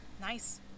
Nice